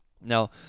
Now